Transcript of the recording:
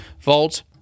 vault